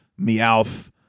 Meowth